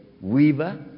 weaver